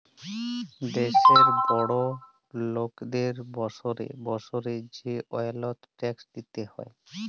দ্যাশের বড় লকদের বসরে বসরে যে ওয়েলথ ট্যাক্স দিতে হ্যয়